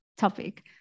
topic